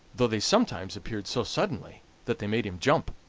though they sometimes appeared so suddenly that they made him jump.